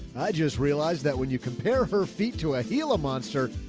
i just realized that when you compare her feet to a healer monster,